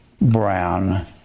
brown